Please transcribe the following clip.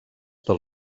del